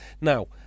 Now